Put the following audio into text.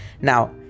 Now